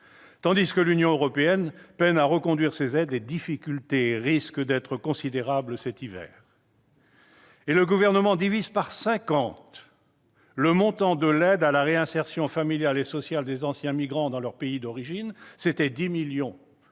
Tandis que l'Union européenne peine à reconduire ses aides, les difficultés risquent d'être considérables cet hiver. Par ailleurs, le Gouvernement divise par cinquante le montant de l'aide à la réinsertion familiale et sociale des anciens migrants dans leur pays d'origine, laquelle